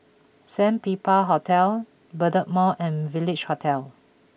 Sandpiper Hotel Bedok Mall and Village Hotel